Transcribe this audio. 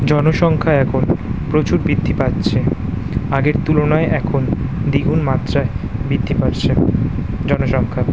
জনসংখ্যা এখন প্রচুর বৃদ্ধি পাচ্ছে আগের তুলনায় এখন দ্বিগুণ মাত্রায় বৃদ্ধি পাচ্ছে জনসংখ্যা